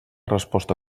resposta